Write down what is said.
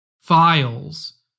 files